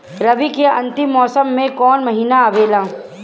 रवी के अंतिम मौसम में कौन महीना आवेला?